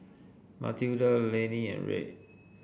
Matilda Lanie and Red